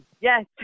Yes